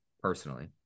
personally